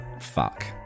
fuck